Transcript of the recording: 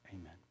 amen